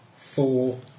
Four